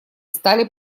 стали